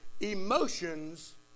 Emotions